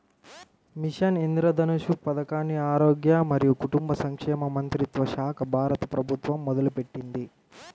machine Indradhanush పథకాన్ని ఆరోగ్య మరియు కుటుంబ సంక్షేమ మంత్రిత్వశాఖ, భారత ప్రభుత్వం మొదలుపెట్టింది